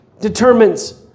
determines